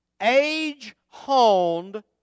age-honed